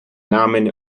namen